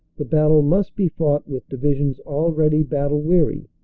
the battle must be fought with divisions already bat tle-weary,